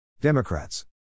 Democrats